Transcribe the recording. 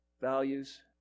Values